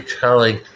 telling